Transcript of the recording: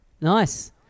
nice